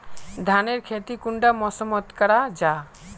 धानेर खेती कुंडा मौसम मोत करा जा?